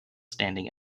standing